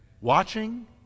Watching